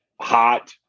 hot